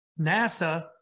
NASA